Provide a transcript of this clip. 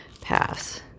pass